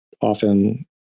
often